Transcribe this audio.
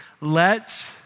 Let